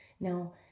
Now